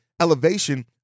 elevation